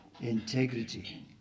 integrity